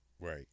Right